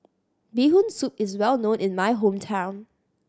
Bee Hoon Soup is well known in my hometown